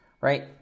right